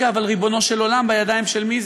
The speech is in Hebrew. אבל רגע, ריבונו של עולם, בידיים של מי?